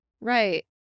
right